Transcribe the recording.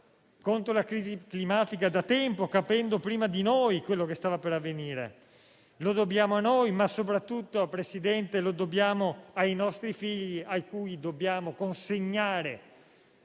contro la crisi climatica da tempo, capendo prima di noi quello che stava per avvenire. Lo dobbiamo a noi, ma soprattutto lo dobbiamo ai nostri figli, a cui dobbiamo consegnare